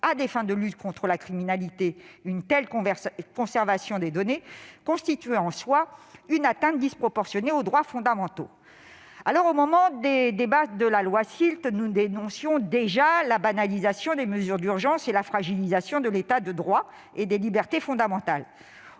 à des fins de lutte contre la criminalité, une telle conservation des données constituait en soi une atteinte disproportionnée aux droits fondamentaux. Au moment des débats sur la loi SILT, nous dénoncions déjà la banalisation des mesures d'urgence et la fragilisation de l'État de droit et des libertés fondamentales.